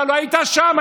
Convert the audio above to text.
אתה לא היית שם,